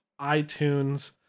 iTunes